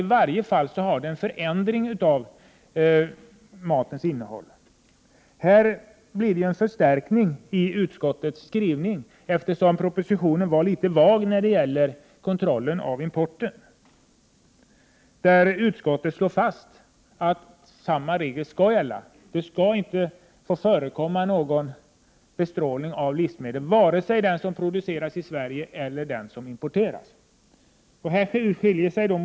I varje fall betyder bestrålningen att matens innehåll förändras. Utskottets skrivning har förstärkts på denna punkt. Propositionen var ju litet vag när det gäller kontrollen av importerade livsmedel. Utskottet slår fast att samma regler skall gälla för både import och inhemska livsmedel. Det skall inte få förekomma någon bestrålning av livsmedel vare sig när det gäller livsmedel som produceras i Sverige eller när det gäller importerade livsmedel.